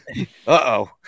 Uh-oh